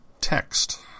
Text